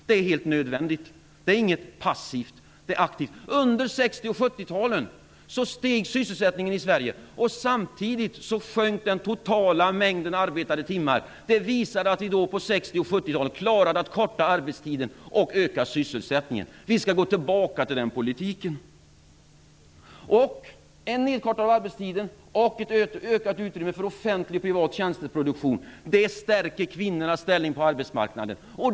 Det är helt nödvändigt. Det är inte något passivt, utan det är aktivt. Under 60 och 70-talet steg sysselsättningen i Sverige. Samtidigt sjönk den totala mängden arbetade timmar. Det visar att vi på 60 och 70-talet klarade att korta arbetstiden och öka sysselsättningen. Vi skall gå tillbaka till den politiken. En nedkortning av arbetstiden och ett ökat utrymme för offentlig och privat tjänsteproduktion stärker kvinnornas ställning på arbetsmarknaden.